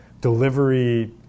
delivery